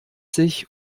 sich